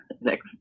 next